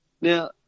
now